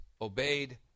obeyed